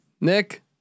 Nick